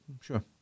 Sure